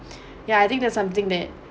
ya I think that's something that